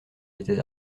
étais